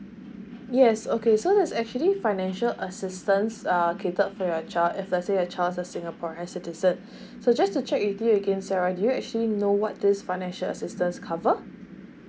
yes okay so there's actually financial assistance err catered for your child if let's say your child is a singaporean citizen so just to check with you again sarah do you actually know what this financial assistance cover